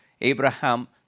Abraham